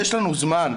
יש לנו זמן.